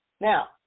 Now